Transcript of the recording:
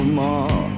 more